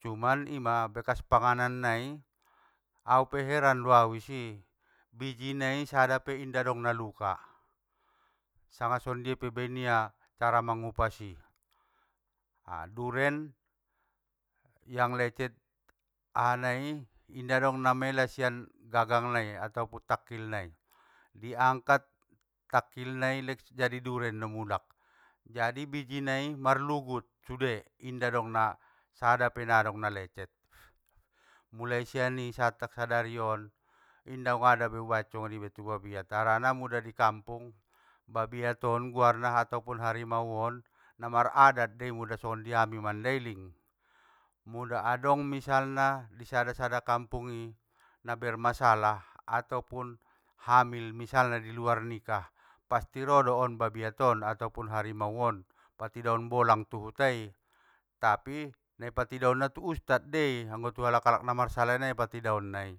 Cuman ima bekas panganan nai, au pe heran doau isi, bijinai sada pe inda dong na lukah, sanga songondia pe i baen ia cara mangupas i. A duren, yang lecet aha nai, inda dong namela sian gagang nai atopun takkil nai, diangkat takkil nai lek jadi duren do mulak, jadi bijinai marlugut sude! Inda dong na sada pe nadong na lecet, mulai sian i sa tak- sadarion, inda jungada u baen songonibe tu babiat, harana muda i kampung, babiat on guarna atopun harimau on na maradat dei muda songon di ami i mandailing, mula adong misalna i sada sada ni kampung i, na bermasalah atopun hamil misalna iluar nikah, pasti rodoon babiat on atopun harimauon patidao on bolang tu hutai!, tapi na i patidaonna tu ustad dei, anggo tu alak alak na marsalai nai patidaonna i,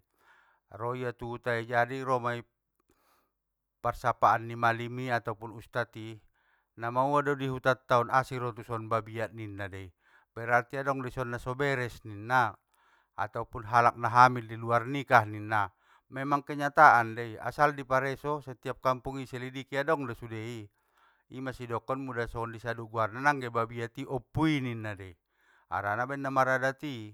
roia tu huta i jadi romai parsapaan ni malim i atopun ustad i, namaoa do i huta taon? Asi roison babiat ninna dei, berarti adong dei ison naso beres ninna, atopun halak na hamil iluar nikah ninna. Memang kenyataan dei, asal di pareso, setiap kampung i iselidiki adong do sude i, ima so idokon mula songon isadun guarna nangge babiat i, oppui ninna dei harana ambaen na maradat i.